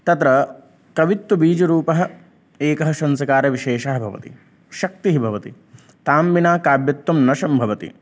तत्र कवित्वबीजरूपः एकः संस्कारविशेषः भवति शक्तिः भवति तां विना काव्यत्वं न सम्भवति